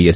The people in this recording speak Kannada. ಎಸ್